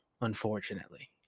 unfortunately